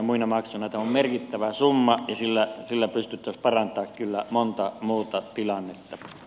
tämä on merkittävä summa ja sillä pystyttäisiin parantamaan kyllä monta muuta tilannetta